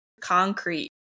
concrete